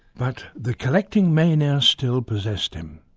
but the collecting mania still possessed him.